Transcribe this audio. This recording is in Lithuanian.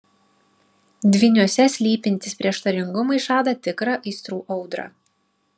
dvyniuose slypintys prieštaringumai žada tikrą aistrų audrą